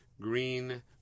green